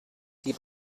die